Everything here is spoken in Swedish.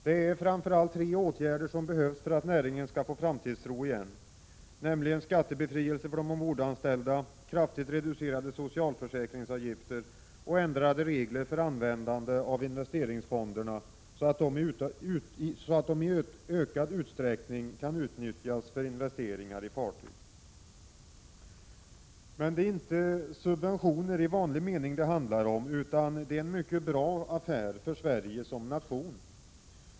Det är framför allt tre åtgärder som behövs för att näringen skall få framtidstro igen, nämligen skattebefrielse för de ombordanställda, kraftigt reducerade socialförsäkringsavgifter och ändrade regler för användande av investeringsfonderna, så att de i ökad utsträckning kan utnyttjas för investeringar i fartyg. Det är inte subventioner i vanlig mening det handlar om utan en mycket bra affär för Sverige som nation.